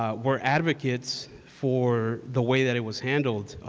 ah we're advocates for the way that it was handled.